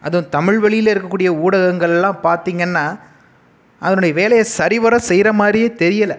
அதுவும் தமிழ்வழியில் இருக்கக்கூடிய ஊடகங்கள்லாம் பார்த்திங்கன்னா அதனுடைய வேலையை சரிவர செய்கிற மாதிரியே தெரியலை